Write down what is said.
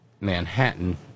Manhattan